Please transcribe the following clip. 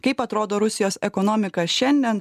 kaip atrodo rusijos ekonomika šiandien